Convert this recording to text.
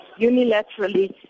unilaterally